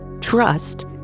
trust